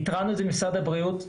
אמרנו את זה למשרד הבריאות.